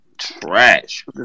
trash